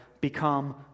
become